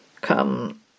come